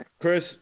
Chris